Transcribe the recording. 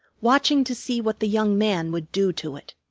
watching to see what the young man would do to it.